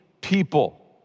people